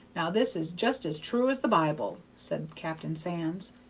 now this is just as true as the bible, said captain sands.